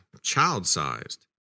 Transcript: child-sized